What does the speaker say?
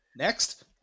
next